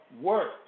work